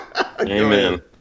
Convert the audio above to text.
Amen